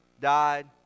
died